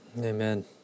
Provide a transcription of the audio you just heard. Amen